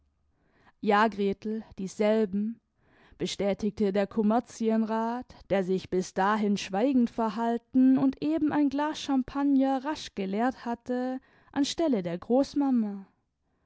ja gretel dieselben bestätigte der kommerzienrat der sich bis dahin schweigend verhalten und eben ein glas champagner rasch geleert hatte an stelle der großmama